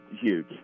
Huge